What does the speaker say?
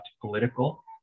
political